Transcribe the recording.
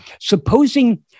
Supposing